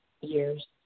years